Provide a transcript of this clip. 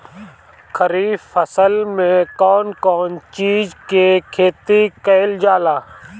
खरीफ फसल मे कउन कउन चीज के खेती कईल जाला?